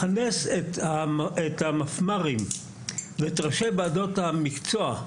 לכנס את המפמ"רים ואת ראשי ועדות המקצוע,